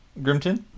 Grimton